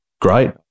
Great